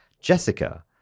Jessica